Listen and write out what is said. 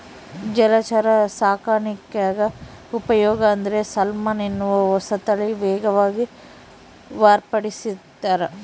ಜಲಚರ ಸಾಕಾಣಿಕ್ಯಾಗ ಉಪಯೋಗ ಅಂದ್ರೆ ಸಾಲ್ಮನ್ ಎನ್ನುವ ಹೊಸತಳಿ ವೇಗವಾಗಿ ಮಾರ್ಪಡಿಸ್ಯಾರ